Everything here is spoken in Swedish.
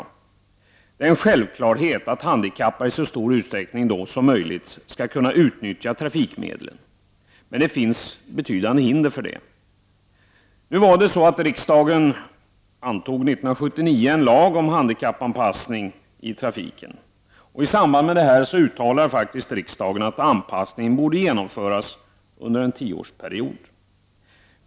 Det är en självklarhet att handikappade i så stor utsträckning som möjligt skall kunna utnyttja trafikmedlen. Men det finns betydande hinder för detta. Riksdagen antog år 1979 en lag om handikappanpassning i trafiken. I samband med detta uttalade riksdagen att anpassningen borde genomföras under en tioårsperiod.